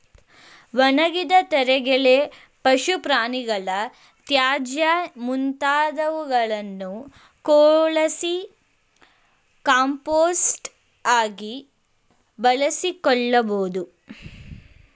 ಒಣಗಿದ ತರಗೆಲೆ, ಪಶು ಪ್ರಾಣಿಗಳ ತ್ಯಾಜ್ಯ ಮುಂತಾದವುಗಳನ್ನು ಕೊಳಸಿ ಕಾಂಪೋಸ್ಟ್ ಆಗಿ ಬಳಸಿಕೊಳ್ಳಬೋದು